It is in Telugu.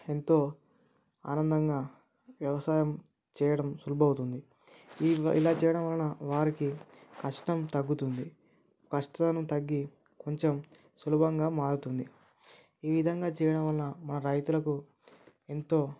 ఎంతో ఆనందంగా వ్యవసాయం చేయడం సులభమవుతుంది ఇవి ఇలా చేయడం వలన వారికి కష్టం తగ్గుతుంది కష్టతనం తగ్గి కొంచెం సులభంగా మారుతుంది ఈ విధంగా చేయడం వలన మా రైతులకు ఎంతో